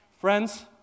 Friends